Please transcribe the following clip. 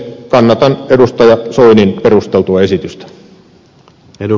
kannatan edustaja soinin perusteltua esitystä